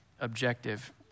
objective